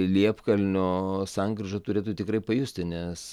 liepkalnio sankryža turėtų tikrai pajusti nes